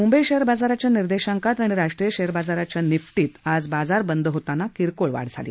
Mumbai share बाजाराच्या निर्देशांकांत आणि राष्ट्रीय शेअर बाजाराच्या निफ्टीत आज बाजार बंद होताना किरकोळ वाढ झाली